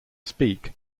speak